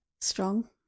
Strong